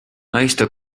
naiste